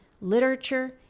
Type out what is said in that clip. literature